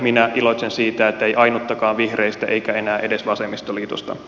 minä iloitsen siitä ettei ainuttakaan vihreistä eikä enää edes vasemmistoliitosta